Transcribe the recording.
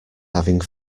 having